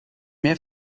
mehr